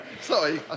Sorry